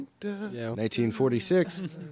1946